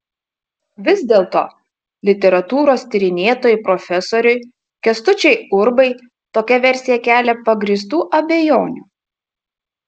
vis dėlto literatūros tyrinėtojui profesoriui kęstučiui urbai tokia versija kelia pagrįstų abejonių